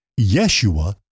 Yeshua